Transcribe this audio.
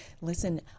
Listen